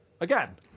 again